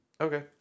Okay